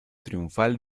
triunfal